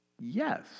Yes